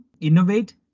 innovate